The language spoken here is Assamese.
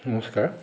নমস্কাৰ